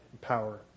power